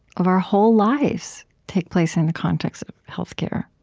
of our whole lives, take place in the context of health care.